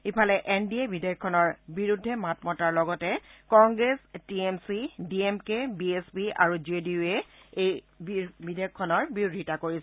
ইফালে N D A য়ে বিধেয়কখনৰ বিৰুদ্ধে মাত মতাৰ লগতে Congress T M C D M K B S P আৰু জে ডি ইউ এ বিৰোধিতা কৰিছে